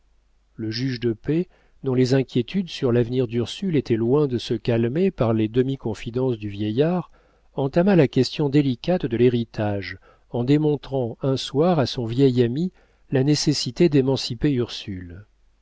le juge de paix dont les inquiétudes sur l'avenir d'ursule étaient loin de se calmer par les demi confidences du vieillard entama la question délicate de l'héritage en démontrant un soir à son vieil ami la nécessité d'émanciper ursule